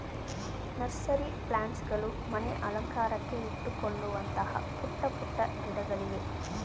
nursery plants ಗಳು ಮನೆ ಅಲಂಕಾರಕ್ಕೆ ಇಟ್ಟುಕೊಳ್ಳುವಂತಹ ಪುಟ್ಟ ಪುಟ್ಟ ಗಿಡಗಳಿವೆ